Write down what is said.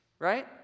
right